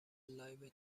لایو